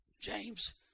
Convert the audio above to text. James